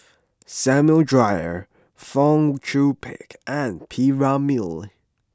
Samuel Dyer Fong Chong Pik and P Ramlee